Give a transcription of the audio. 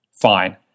fine